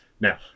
Now